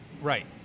Right